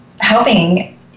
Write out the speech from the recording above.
helping